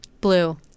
Blue